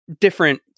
different